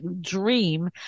dream